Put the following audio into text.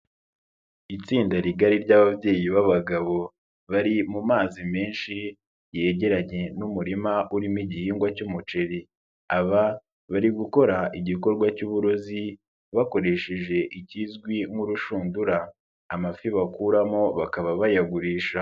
Itsinda rigari ry'ababyeyi b'abagabo bari mu mazi menshi yegeranye n'umurima urimo igihingwa cy'umuceri, aba bari gukora igikorwa cy'uburobyi bakoresheje ikizwi nk'urushundura, amafi bakuramo bakaba bayagurisha.